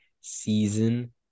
season